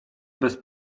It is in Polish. bez